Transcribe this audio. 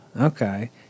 Okay